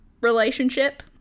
relationship